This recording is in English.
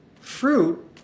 fruit